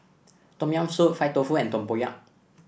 Tom Yam Soup Fried Tofu and Tempoyak